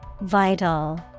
vital